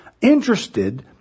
interested